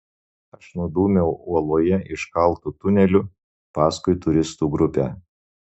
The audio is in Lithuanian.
aš nudūmiau uoloje iškaltu tuneliu paskui turistų grupę